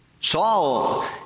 Saul